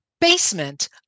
basement